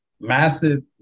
Massive